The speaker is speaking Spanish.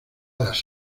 las